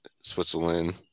Switzerland